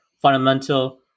fundamental